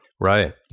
Right